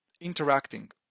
interacting